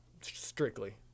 strictly